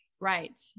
Right